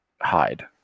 hide